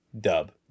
Dub